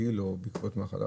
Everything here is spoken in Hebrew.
גיל או בעקבות מחלה,